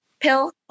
pill